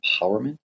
empowerment